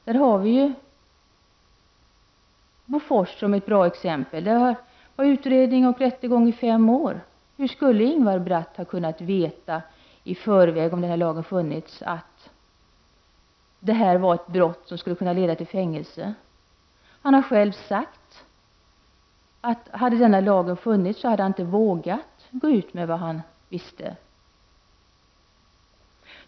Boforsaffären är ett bra exempel. Utredningar och rättegångar har pågått i fem år. Om den här lagen hade funnits, hur skulle då Ingvar Bratt i förväg ha kunnat veta att det rörde sig om ett brott som skulle kunna leda till fängelse? Han har själv sagt att om den lagen hade funnits så hade han inte vågat gå ut med det han visste.